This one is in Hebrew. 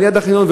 ליד החניון,